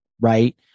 right